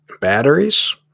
Batteries